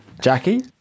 jackie